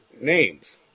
names